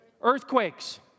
Earthquakes